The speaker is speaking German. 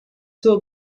zur